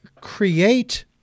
create